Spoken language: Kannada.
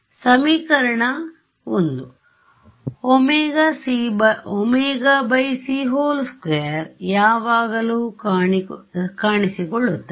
ಸಮೀಕರಣ 1 ωc2 ಯಾವಾಗಲೂ ಕಾಣಿಸಿಕೊಳ್ಳುತ್ತದೆ